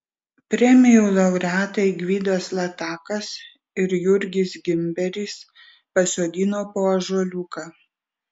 premijų laureatai gvidas latakas ir jurgis gimberis pasodino po ąžuoliuką